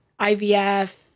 IVF